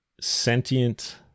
sentient